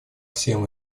всем